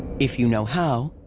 if you know how,